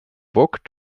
book